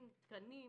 לא ירדו תקנים,